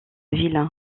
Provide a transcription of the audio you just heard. ville